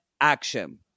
action